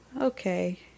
Okay